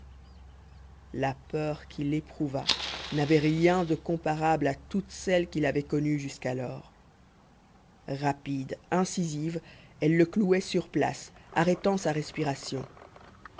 la peur qu'il éprouva n'avait rien de comparable à toutes celles qu'il avait connues jusqu'alors rapide incisive elle le clouait sur place arrêtant sa respiration